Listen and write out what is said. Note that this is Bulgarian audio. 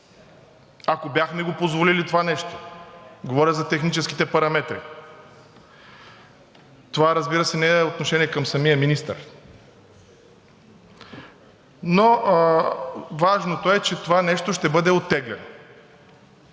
ако бяхме го позволили това нещо. Говоря за техническите параметри. Това, разбира се, не е отношение към самия министър, но важното е, че това нещо ще бъде оттеглено.